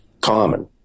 common